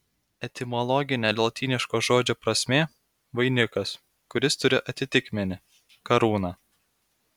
etimologinė lotyniško žodžio prasmė vainikas kuris turi atitikmenį karūna